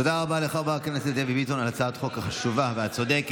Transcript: תודה רבה לחברת הכנסת דבי ביטון על הצעת החוק החשובה והצודקת.